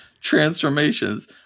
transformations